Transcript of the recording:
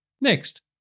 Next